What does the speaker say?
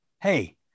Hey